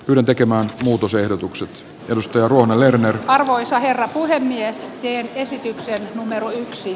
ylen tekemät muutosehdotukset tutustua luonnollinen arvoisa herra puhemieskkeen esitykset numero yksi